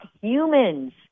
humans